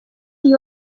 you